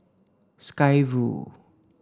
Sky Vue